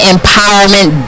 Empowerment